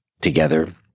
together